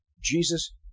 Jesus